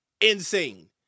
insane